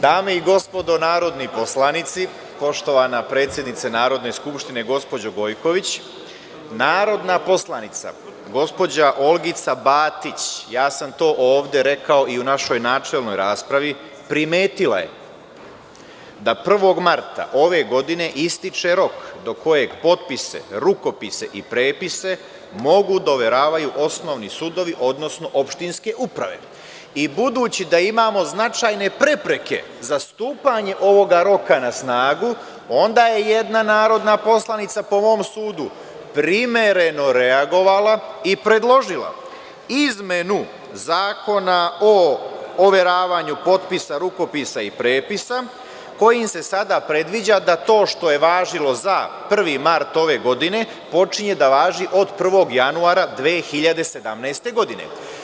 Dame i gospodo narodni poslanici, poštovana predsednice Narodne skupštine gospođo Gojković, narodna poslanica gospođa Olgica Batić, ja sam to rekao ovde i u našoj načelnoj raspravi, primetila je da 1. marta ove godine ističe rok do kojeg potpise, rukopise i prepise mogu da overavaju osnovni sudovi, odnosno opštinske uprave i budući da imamo značajne prepreke za stupanje ovog roka na snagu, onda je jedna narodna poslanica, po mom sudu, primereno reagovala i predložila izmenu Zakona o overavanju potpisa, rukopisa i prepisa, kojim se sada predviđa da to što je važilo za 1. mart ove godine, počinje da važi od 1. januara 2017. godine.